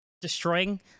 destroying